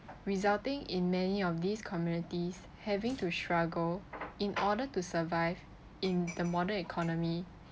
resulting in many of these communities having to struggle in order to survive in the modern economy